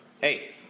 Hey